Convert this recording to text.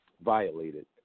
violated